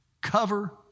Cover